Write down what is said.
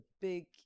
big